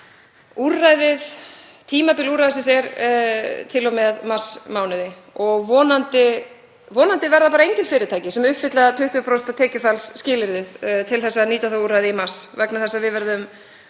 Tímabil úrræðisins er til og með marsmánuði og vonandi verða bara engin fyrirtæki sem uppfylla 20% tekjufallsskilyrði til að nýta það úrræði í mars vegna þess að við verðum